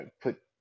put